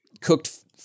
cooked